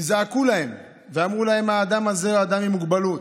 כי זעקו להם ואמרו להם: האדם הזה אדם עם מוגבלות,